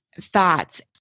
thoughts